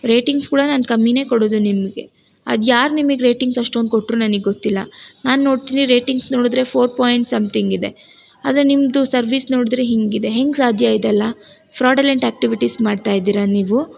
ratings ಕೂಡ ನಾನು ಕಮ್ಮಿನೇ ಕೊಡುವುದು ನಿಮಗೆ ಅದು ಯಾರು ನಿಮಗೆ ರೇಟಿಂಗ್ಸ್ ಅಷ್ಟೊಂದು ಕೊಟ್ಟರು ನನಗೆ ಗೊತ್ತಿಲ್ಲ ನಾನು ನೋಡ್ತೀನಿ ರೇಟಿಂಗ್ಸ್ ನೋಡಿದ್ರೆ ಫೋರ್ ಪಾಯಿಂಟ್ ಸಮ್ತಿಂಗ್ ಇದೆ ಆದರೆ ನಿಮ್ಮದು ಸರ್ವಿಸ್ ನೋಡಿದ್ರೆ ಹೀಗಿದೆ ಹೆಂಗೆ ಸಾಧ್ಯ ಇದೆಲ್ಲ ಫ್ರಾಡಲೆಂಟ್ ಆ್ಯಕ್ಟಿವಿಟೀಸ್ ಮಾಡ್ತಾಯಿದ್ದೀರಾ ನೀವು